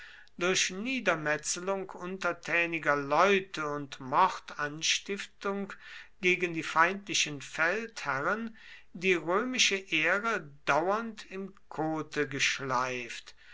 durch niedermetzelung untertäniger leute und mordanstiftung gegen die feindlichen feldherren die römische ehre dauernd im kote geschleift